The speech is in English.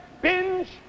binge